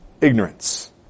ignorance